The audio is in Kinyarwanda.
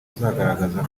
azagaragaza